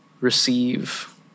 receive